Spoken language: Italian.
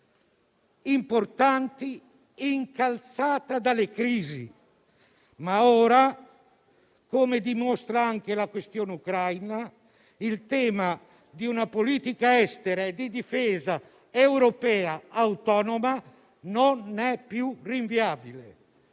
importanti incalzata dalle crisi, ma ora, come dimostra anche la questione ucraina, il tema di una politica estera e di difesa europea autonoma non è più rinviabile